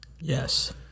Yes